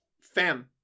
fam